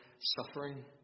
suffering